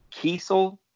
Kiesel